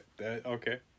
Okay